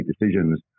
decisions